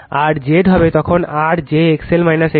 আর Z হবে তখন R j XL XC